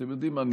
אתם יודעים מה?